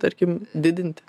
tarkim didinti